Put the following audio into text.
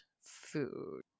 food